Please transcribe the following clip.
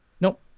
Nope